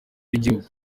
b’igihugu